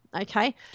Okay